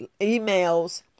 emails